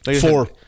four